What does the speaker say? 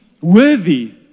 worthy